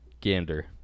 gander